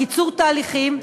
לקיצור תהליכים,